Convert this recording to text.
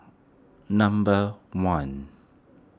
number one